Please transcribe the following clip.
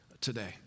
today